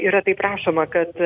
yra taip rašoma kad